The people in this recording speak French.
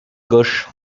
gauche